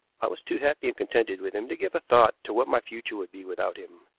i was too happy and contented with him to give a thought to what my future would be without him.